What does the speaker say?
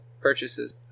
purchases